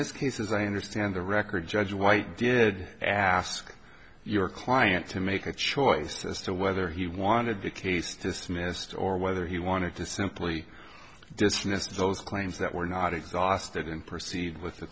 this case as i understand the record judge white did ask your client to make a choice as to whether he wanted the case dismissed or whether he wanted to simply dismiss those claims that were not exhausted and proceed with the